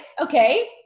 Okay